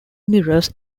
mirrors